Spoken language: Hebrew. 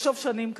שנים קדימה,